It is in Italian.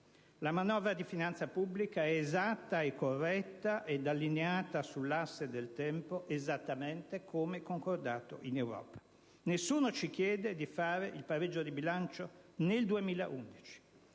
La manovra di finanza pubblica è esatta e corretta ed allineata sull'asse del tempo, esattamente come concordato in Europa. Nessuno ci chiede di fare il pareggio di bilancio nel 2011.